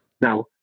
Now